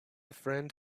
friend